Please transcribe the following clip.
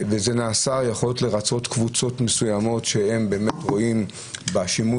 וזה נעשה יכול להיות כדי לרצות קבוצות מסוימות שהן באמת רואות בשימוש,